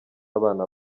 abana